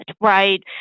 right